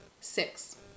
six